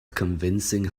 convincing